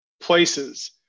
places